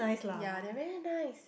ya they're very nice